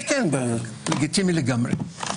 לגיטימי לגמרי.